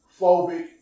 phobic